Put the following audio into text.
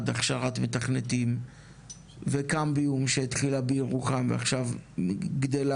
הכשרת מתכנתים וקמביום שהתחילה בירוחם ועכשיו גדלה